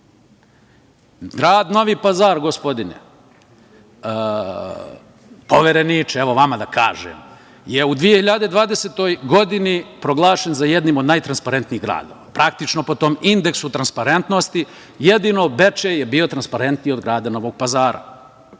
sve. Grad Novi Pazar, gospodine Povereniče, evo vama da kažem, je u 2020. godini proglašen za jedan od najtransparentnijih gradova. Praktično, po tom indeksu transparentnosti jedino je Bečej bio transparentniji od grada Novog Pazara.